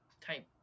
Type